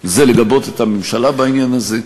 זה לגבות את הממשלה בעניין הזה,